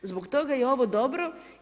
Zbog toga je ovo dobro.